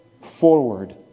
forward